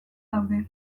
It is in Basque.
daude